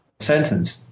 sentence